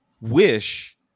wish